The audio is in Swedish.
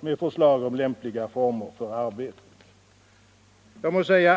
med förslag om lämpliga former för arbetet.